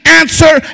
answer